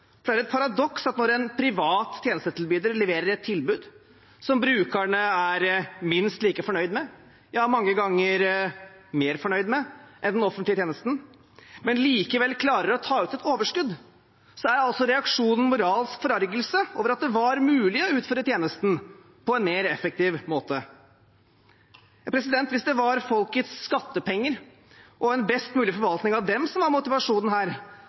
for det er et paradoks at når en privat tjenestetilbyder leverer et tilbud som brukerne er minst like fornøyd med – ja, mange ganger mer fornøyd med – som den offentlige tjenesten, men likevel klarer å ta ut et overskudd, da er reaksjonen moralsk forargelse over at det var mulig å utføre tjenesten på en mer effektiv måte. Hvis det var folkets skattepenger og en best mulig forvaltning av dem som var motivasjonen her,